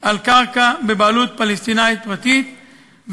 על קרקע בבעלות פלסטינית פרטית,